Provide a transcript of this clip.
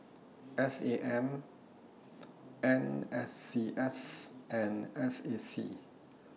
S A M N S C S and S A C